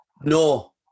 No